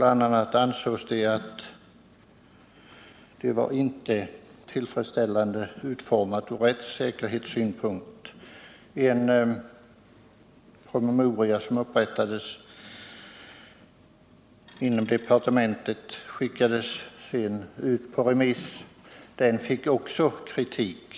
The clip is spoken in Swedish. a. ansågs det att det inte var tillfredsställande utformat från rättssäkerhetssynpunkt. En promemoria som upprättades inom departementet skickades sedan ut på remiss. Den fick också kritik.